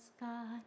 God